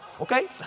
okay